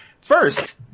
first